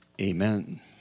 amen